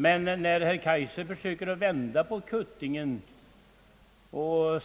Men när herr Kaijser försöker vända på kuttingen och